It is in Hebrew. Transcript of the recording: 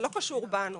זה לא קשור אלינו.